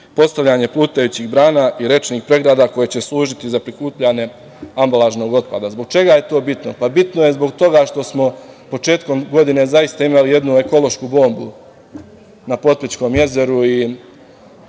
postavljanje plutajućih brana i rečnih pregrada koje će služiti za prikupljanje ambalažnog otpada. Zbog čega je to bitno? Bitno je zbog toga što smo početkom godine zaista imali jednu ekološku bombu na Potpećkom jezeru